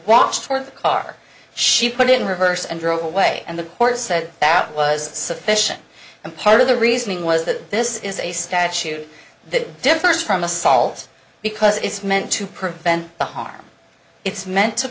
walks toward the car she put in reverse and drove away and the court said that was sufficient and part of the reasoning was that this is a statute that differs from assault because it's meant to prevent the harm it's meant to